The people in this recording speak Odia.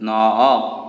ନଅ